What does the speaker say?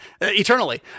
eternally